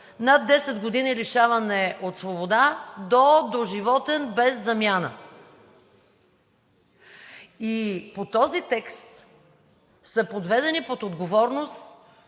над 10 години лишаване от свобода до доживотен без замяна, и по този текст са подведени под отговорност